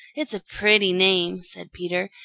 it's a pretty name, said peter.